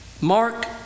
mark